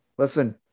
Listen